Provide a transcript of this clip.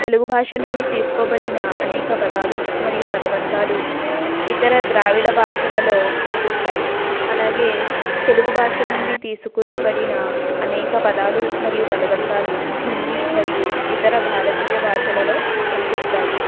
తెలుగు భాషనుండి తీసుకోబడిన అనేక పదాలు మరియు పదభందాలు ఇతర ద్రావిడ భాషలలో కనిపిస్తాయి అలాగే తెలుగు భాష నుండి తీసుకొనబడిన అనేక పదాలు మరియు పదభందాలు హిందీ మరియు ఇతర భారతీయ భాషలలో కనిపిస్తాయి